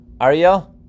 Ariel